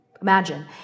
imagine